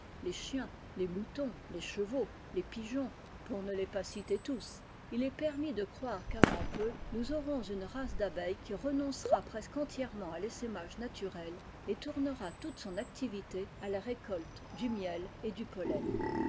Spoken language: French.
les chiens les moutons les chevaux les pigeons pour ne les pas citer tous il est permis de croire qa avant peu nous aurons une race d'abeilles i renoncera presque entièrement à l'essailge naturel et tournera toute son activité à récolte du miel et du pollen